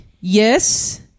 Yes